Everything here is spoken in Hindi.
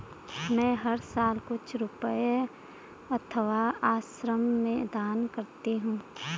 मैं हर साल कुछ रुपए अनाथ आश्रम में दान करती हूँ